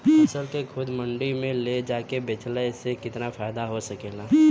फसल के खुद मंडी में ले जाके बेचला से कितना फायदा हो सकेला?